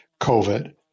COVID